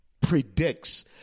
predicts